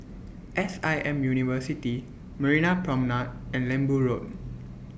S I M University Marina Promenade and Lembu Road